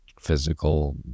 physical